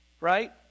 Right